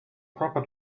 proper